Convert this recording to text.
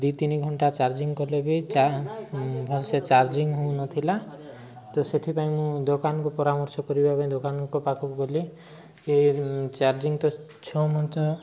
ଦୁଇ ତିନି ଘଣ୍ଟା ଚାର୍ଜିଙ୍ଗ କଲେ ବି ଭଲସେ ଚାର୍ଜିଙ୍ଗ ହେଉନଥିଲା ତ ସେଥିପାଇଁ ମୁଁ ଦୋକାନକୁ ପରାମର୍ଶ କରିବା ପାଇଁ ଦୋକାନଙ୍କ ପାଖକୁ ଗଲି କି ଚାର୍ଜିଙ୍ଗ ତ ଛଅ ମନ୍ଥ